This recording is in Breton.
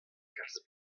kalz